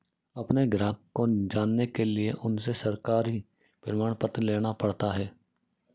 अपने ग्राहक को जानने के लिए उनसे सरकारी प्रमाण पत्र लेना पड़ता है